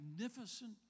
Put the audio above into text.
magnificent